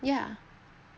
ya